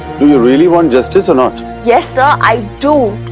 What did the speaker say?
do you really want justice or not? yes, sir, i do.